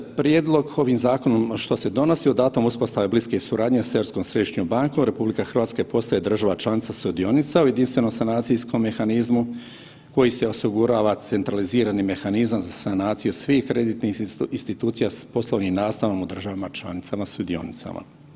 Prijedlog ovim zakonom što se donosi od datuma uspostave bliske suradnje s Europskom središnjom bankom, RH postaje država članica sudionica u jedinstvenom sanacijskom mehanizmu koji se osigurava centralizirani mehanizam za sanaciju svih kreditnih institucija s poslovnim nastanom u državama članicama sudionicama.